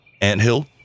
anthill